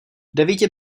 devíti